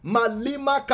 Malima